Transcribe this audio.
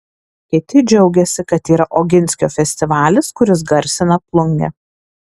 kiti džiaugiasi kad yra oginskio festivalis kuris garsina plungę